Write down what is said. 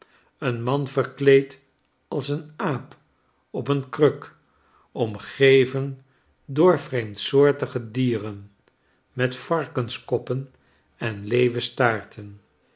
een man verkleed als een aap op een kruk omgeven door vreemdsoortige dieren met varkenskoppen en